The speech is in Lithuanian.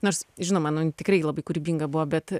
nors žinoma tikrai labai kūrybinga buvo bet